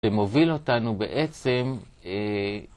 זה מוביל אותנו בעצם...